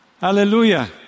Hallelujah